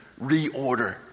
reorder